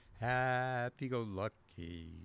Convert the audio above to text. Happy-go-lucky